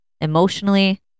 emotionally